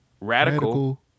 Radical